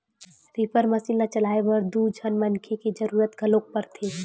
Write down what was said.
reaper machine ल चलाए बर दू झन मनखे के जरूरत घलोक परथे